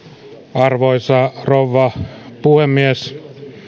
arvoisa rouva puhemies